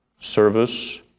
service